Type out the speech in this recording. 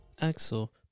Axel